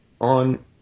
on